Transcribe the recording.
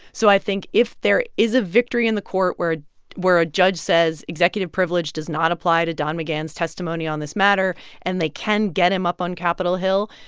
so i think if there is a victory in the court where where a judge says executive privilege does not apply to don mcgahn's testimony on this matter and they can get him up on capitol hill,